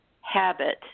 habit